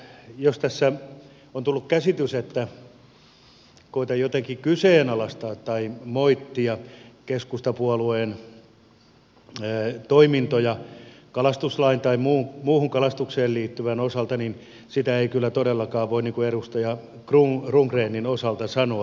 jos tässä on tullut käsitys että koetan jotenkin kyseenalaistaa tai moittia keskustapuolueen toimintoja kalastuslain tai muuhun kalastukseen liittyvän osalta niin sitä ei kyllä todellakaan voi edustaja rundgrenin osalta sanoa